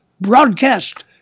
broadcast